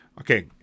Okay